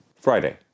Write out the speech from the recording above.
Friday